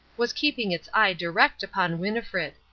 was keeping its eye direct upon winnifred.